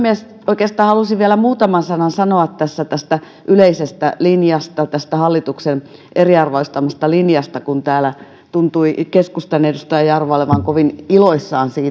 oikeastaan halusin vielä muutaman sanan sanoa tästä yleisestä linjasta tästä hallituksen eriarvoistavasta linjasta kun täällä tuntui keskustan edustaja jarva olevan kovin iloissaan siitä